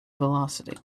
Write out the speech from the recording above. velocity